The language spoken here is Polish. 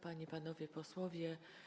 Panie i Panowie Posłowie!